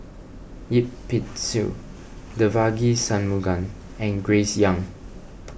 Yip Pin Xiu Devagi Sanmugam and Grace Young